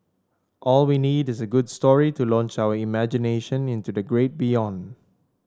all we need is a good story to launch our imagination into the great beyond